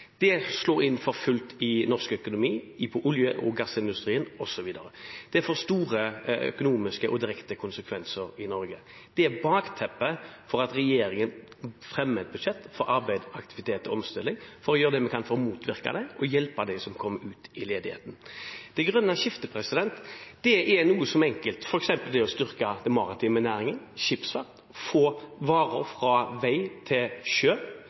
Det slår inn for fullt i norsk økonomi, i olje- og gassindustrien osv. Det får store økonomiske og direkte konsekvenser i Norge. Det er bakteppet for at regjeringen fremmer et budsjett for arbeid, aktivitet og omstilling – for å gjøre det vi kan for å motvirke det og for å hjelpe dem som kommer ut i ledighet. Det grønne skiftet er enkelt, f.eks. det å styrke den maritime næringen, skipsfart, få varer fra vei til sjø.